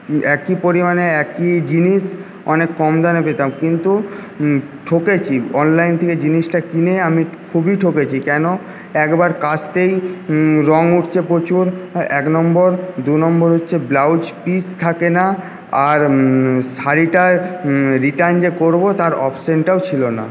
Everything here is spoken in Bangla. একই পরিমাণে একই জিনিস অনেক কম দামে পেতাম কিন্তু ঠকেছি অনলাইন থেকে জিনিসটা কিনে আমি খুবই ঠকেছি কেন একবার কাচতেই রঙ উঠছে প্রচুর এক নম্বর দু নম্বর হচ্ছে ব্লাউজ পিস থাকে না আর শাড়িটা রিটার্ন যে করব তার অপশনটাও ছিল না